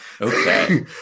okay